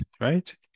right